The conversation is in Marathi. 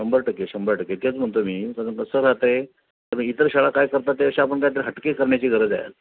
शंभर टक्के शंभर टक्के तेच म्हणतो मी कारण कसं राहतंय तर इतर शाळा काय करतात ते अशा आपण काहीतरी हटके करण्याची गरज आहे